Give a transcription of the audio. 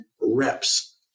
reps